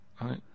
right